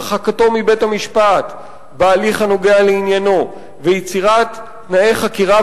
הרחקתו מבית-המשפט בהליך הנוגע לעניינו ויצירת תנאי חקירה